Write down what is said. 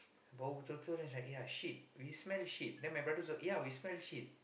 bau betul-betul then is like ya shit we smell shit then my brother also ya we smell shit